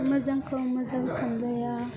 मोजांखौ मोजां सानजाया